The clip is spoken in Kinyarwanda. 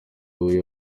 huye